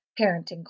parenting